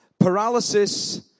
paralysis